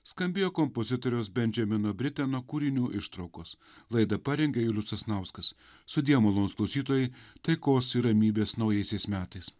skambėjo kompozitoriaus bendžamino briteno kūrinių ištraukos laidą parengė julius sasnauskas sudie malonūs klausytojai taikos ir ramybės naujaisiais metais